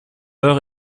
heure